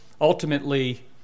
Ultimately